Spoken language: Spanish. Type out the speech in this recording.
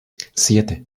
siete